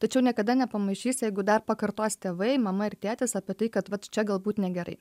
tačiau niekada nepamaišys jeigu dar pakartos tėvai mama ir tėtis apie tai kad vat čia galbūt negerai